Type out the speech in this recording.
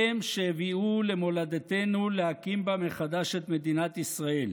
הם שהביאוהו למולדתנו להקים בה מחדש את מדינת ישראל,